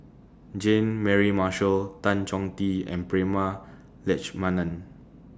Jean Mary Marshall Tan Chong Tee and Prema Letchumanan